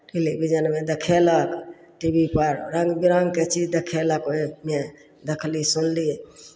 टेलीविजनमे देखयलक T V पर रङ्ग बिरङ्गके चीज देखयलक ओहिमे देखली सुनली